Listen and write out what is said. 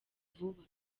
vuba